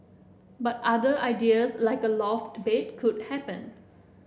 but other ideas like a loft bed could happen